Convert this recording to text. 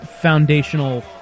foundational